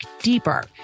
deeper